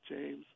James